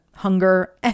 hunger